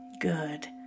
good